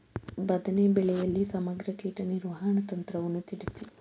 ಬದನೆ ಬೆಳೆಯಲ್ಲಿ ಸಮಗ್ರ ಕೀಟ ನಿರ್ವಹಣಾ ತಂತ್ರವನ್ನು ತಿಳಿಸಿ?